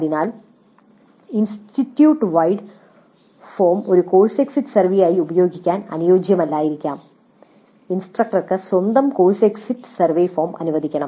അതിനാൽ institute wide form ഒരു course exit സർവേയായി ഉപയോഗിക്കാൻ അനുയോജ്യമല്ലായിരിക്കാം ഇൻസ്ട്രക്ടർക്ക് സ്വന്തം കോഴ്സ് എക്സിറ്റ് സർവേ ഫോം അനുവദിക്കണം